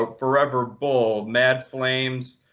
but foreverbull, madflames,